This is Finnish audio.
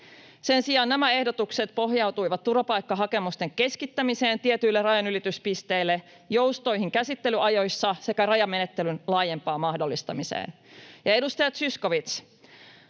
Sen sijaan nämä ehdotukset pohjautuivat turvapaikkahakemusten keskittämiseen tietyille rajanylityspisteille, joustoihin käsittelyajoissa sekä rajamenettelyn laajempaan mahdollistamiseen. — Ja edustaja Zyskowicz,